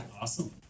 Awesome